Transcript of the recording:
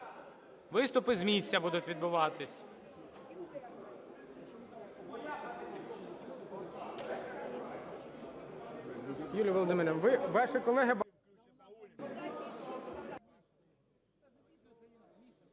Виступи з місця будуть відбуватися.